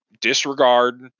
disregard